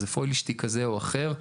טיוח כזה או אחר,